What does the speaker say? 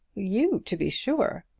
you, to be sure.